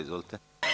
Izvolite.